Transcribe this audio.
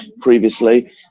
previously